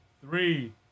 three